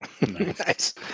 Nice